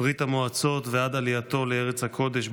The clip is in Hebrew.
מברית המועצות ועד עלייתו לארץ הקודש,